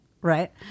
Right